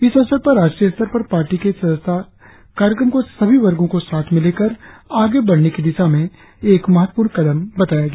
इस अवसर पर राष्ट्रीय स्तर पर पार्टी के सदस्यता कार्यक्रम को सभी वर्गो को साथ में लेकर आगे बढ़ने की दिशा में महत्वपूर्ण कदम बताया गया